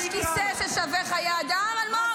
יש כיסא ששווה חיי אדם, אלמוג?